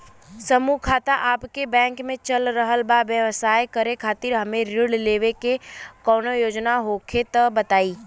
समूह खाता आपके बैंक मे चल रहल बा ब्यवसाय करे खातिर हमे ऋण लेवे के कौनो योजना होखे त बताई?